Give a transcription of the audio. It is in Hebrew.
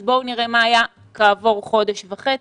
אז בואו נראה מה היה כעבור חודש וחצי.